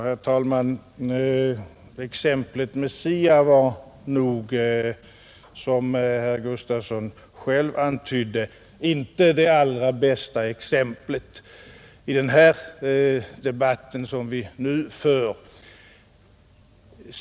Herr talman! Exemplet med SIA var nog, som herr Gustafsson själv antydde, inte det allra bästa i den debatt som vi nu för.